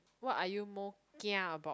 what are you more kia about